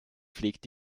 pflegt